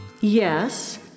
Yes